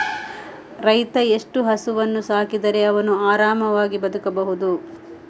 ರೈತ ಎಷ್ಟು ಹಸುವನ್ನು ಸಾಕಿದರೆ ಅವನು ಆರಾಮವಾಗಿ ಬದುಕಬಹುದು?